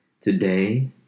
Today